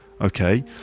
Okay